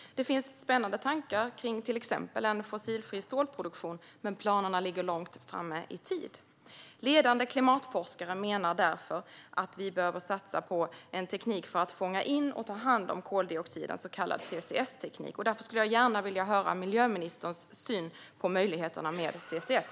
Det finns spännande tankar kring till exempel fossilfri stålproduktion, men planerna ligger långt framme i tiden. Ledande klimatforskare menar därför att vi behöver satsa på en teknik för att fånga in och ta hand om koldioxiden, så kallad CCS-teknik. Därför skulle jag gärna vilja höra miljöministerns syn på möjligheterna med CCS.